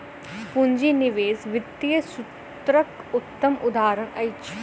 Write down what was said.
पूंजी निवेश वित्तीय सूत्रक उत्तम उदहारण अछि